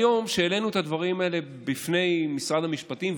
היום העלינו את הדברים האלה בפני משרד המשפטים,